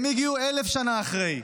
הם הגיעו אלף שנה אחרי.